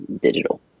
digital